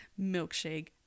Milkshake